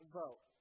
vote